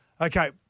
Okay